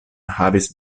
havis